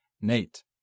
Nate